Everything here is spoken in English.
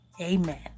Amen